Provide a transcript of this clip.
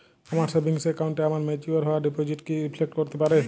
আমার সেভিংস অ্যাকাউন্টে আমার ম্যাচিওর হওয়া ডিপোজিট কি রিফ্লেক্ট করতে পারে?